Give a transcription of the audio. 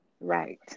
Right